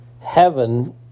Heaven